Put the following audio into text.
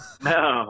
No